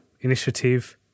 initiative